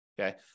okay